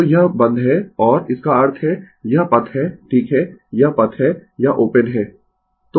Refer Slide Time 2343 तो यह बंद है और इसका अर्थ है यह पथ है ठीक है यह पथ है यह ओपन है